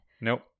Nope